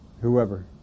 whoever